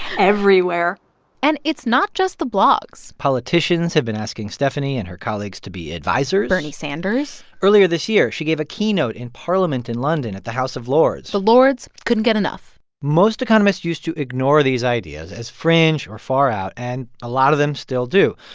everywhere and it's not just the blogs politicians have been asking stephanie and her colleagues to be advisers bernie sanders earlier this year, she gave a keynote in parliament in london at the house of lords the lords couldn't get enough most economists used to ignore these ideas as fringe or far-out. and a lot of them still do.